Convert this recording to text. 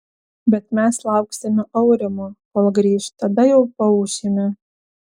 bet mes lauksime aurimo kol grįš tada jau paūšime